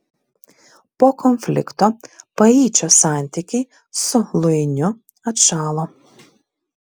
po konflikto paičio santykiai su luiniu atšalo